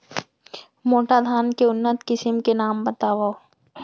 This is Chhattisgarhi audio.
मोटा धान के उन्नत किसिम के नाम बतावव?